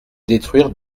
détruire